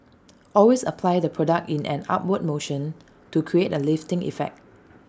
always apply the product in an upward motion to create A lifting effect